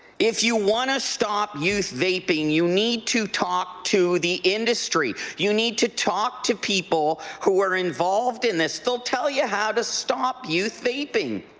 if you want to stop youth vaping, you need to talk to the industryindustry. you need to talk to people who were involved in this. they will tell you how to stop youth vaping.